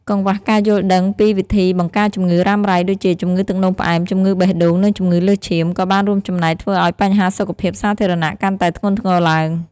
កង្វះការយល់ដឹងពីវិធីបង្ការជំងឺរ៉ាំរ៉ៃដូចជា ជំងឺទឹកនោមផ្អែម ជំងឺបេះដូង និងជំងឺលើសឈាម ក៏បានរួមចំណែកធ្វើឱ្យបញ្ហាសុខភាពសាធារណៈកាន់តែធ្ងន់ធ្ងរឡើង។